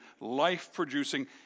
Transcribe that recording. life-producing